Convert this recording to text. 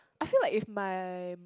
I feel like if my